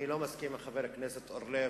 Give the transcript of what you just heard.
אני לא מסכים עם חבר הכנסת אורלב